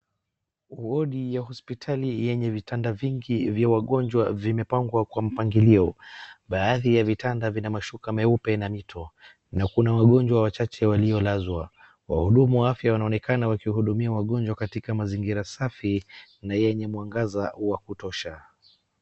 Wodi ya hospitali yenye vitanda vingi vya wagonjwa vimepangwa kwa mpangilio. Baadhi ya vitanda vina mashuka meupe na mito na kuna wagonjwa wachache waliolazwa. Wahudumu wa afya wanaonekana wakihudumia wagonjwa katika mazingira safi na yenye mwangaza wa kutosha.